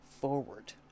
forward